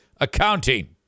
Accounting